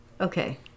Okay